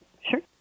Sure